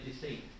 deceit